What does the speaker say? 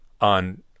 on